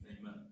Amen